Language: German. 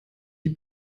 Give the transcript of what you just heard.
die